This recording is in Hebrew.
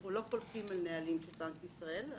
אנחנו לא חולקים על נהלים של בנק ישראל.